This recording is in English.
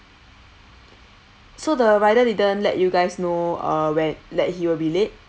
so the rider didn't let you guys know uh when that he will be late